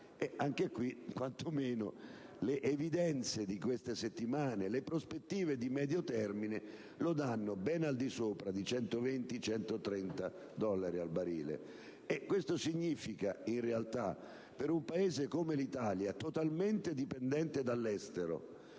Anche in questo caso, le evidenze di queste settimane e le prospettive di medio termine lo danno ben al di sopra di 120-130 dollari al barile. Questo significa, per un Paese come l'Italia totalmente dipendente dall'estero